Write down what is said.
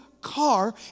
car